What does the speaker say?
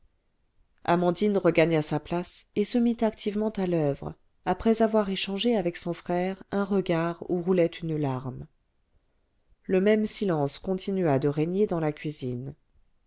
amandine regagna sa place et se mit activement à l'oeuvre après avoir échangé avec son frère un regard où roulait une larme le même silence continua de régner dans la cuisine